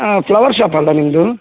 ಆಂ flower shop ಅಲ್ಲವ ನಿಮ್ಮದು